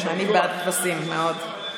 אני בעד כבשים, מאוד.